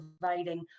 providing